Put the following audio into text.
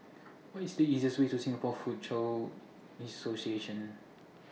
What IS The easiest Way to Singapore Foochow Association